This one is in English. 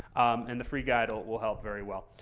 and the free guide will will help very well.